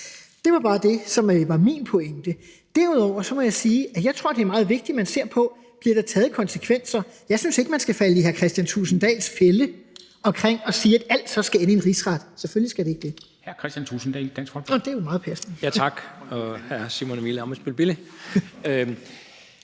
Det var bare det, som var min pointe. Derudover må jeg sige, at jeg tror, det er meget vigtigt, at man ser på, om der bliver taget konsekvenser. Jeg synes ikke, man skal falde i hr. Kristen Thulesen Dahls fælde og sige, at alt så skal ende i en rigsret. Selvfølgelig skal det ikke det.